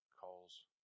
calls